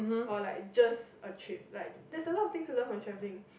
or like just a trip like there's a lot of things to learn from travelling